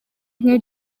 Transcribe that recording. nke